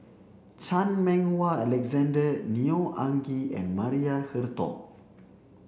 Chan Meng Wah Alexander Neo Anngee and Maria Hertogh